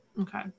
Okay